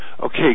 Okay